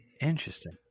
interesting